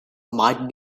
might